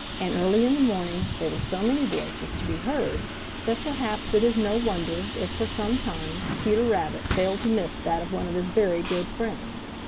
and early in the morning there were so many voices to be heard that perhaps it is no wonder if for some time peter rabbit failed to miss that of one of his very good friends.